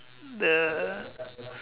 the